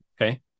okay